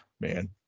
man